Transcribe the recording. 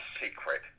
secret